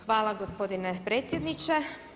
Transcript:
Hvala gospodine predsjedniče.